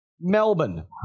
Melbourne